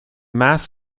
mass